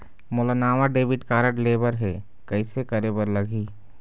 मोला नावा debit card लेबर हे, कइसे करे बर लगही?